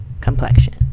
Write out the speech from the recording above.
complexion